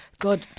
God